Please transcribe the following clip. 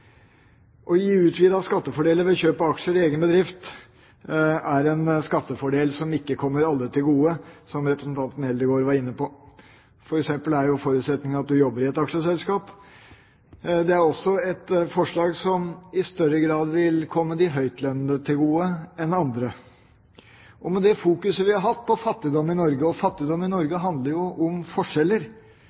Å gi utvidede skattefordeler ved kjøp av aksjer i egen bedrift er en skattefordel som ikke kommer alle til gode, som representanten Eldegard var inne på. For eksempel er forutsetningen at du jobber i et aksjeselskap. Det er også et forslag som i større grad vil komme de høytlønte til gode enn andre. Med det fokuset vi har hatt på fattigdom i Norge – og fattigdom i Norge handler jo om forskjeller